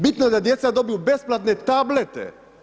Bitno je da djeca dobiju besplatne tablete.